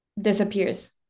disappears